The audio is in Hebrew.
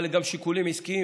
אבל יש גם שיקולים עסקיים,